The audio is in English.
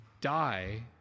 Die